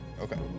Okay